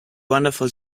wonderful